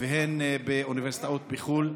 והן באוניברסיטאות בחו"ל.